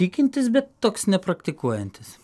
tikintis bet toks nepraktikuojantis